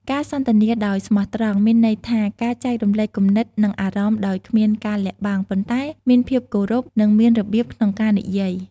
ការសន្ទនាដោយស្មោះត្រង់ មានន័យថា ការចែករំលែកគំនិត និងអារម្មណ៍ដោយគ្មានការលាក់បាំង ប៉ុន្តែមានភាពគោរព និងមានរបៀបក្នុងការនិយាយ។